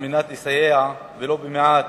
על מנת לסייע, ולו במעט,